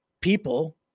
people